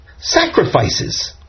sacrifices